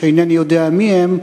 שאינני יודע מיהם,